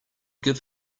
give